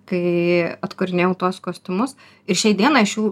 kai atkūrinėjau tuos kostiumus ir šiai dienai aš jų